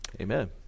Amen